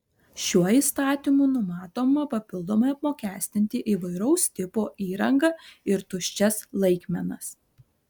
šiuo įstatymu numatoma papildomai apmokestinti įvairaus tipo įrangą ir tuščias laikmenas